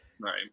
Right